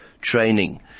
training